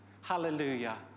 Hallelujah